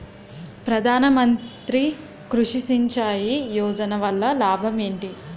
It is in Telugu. ప్రధాన మంత్రి కృషి సించాయి యోజన వల్ల లాభం ఏంటి?